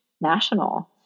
national